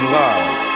love